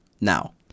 now